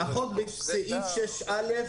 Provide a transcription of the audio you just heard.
החוק בסעיף 6(א)